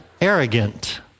arrogant